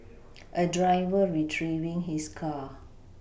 a driver retrieving his car